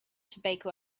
tobacco